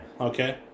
Okay